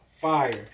fire